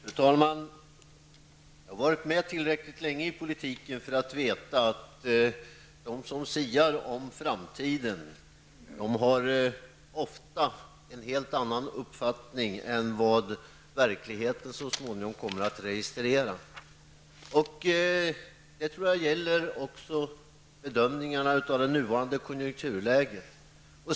Fru talman! Jag har varit med tillräckligt länge i politiken för att veta att de som siar om framtiden ofta har en helt annan uppfattning än vad verkligheten så småningom kommer att registrera. Jag tror att detta också gäller bedömningarna av det nuvarande konjunkturläget.